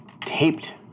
taped